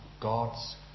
God's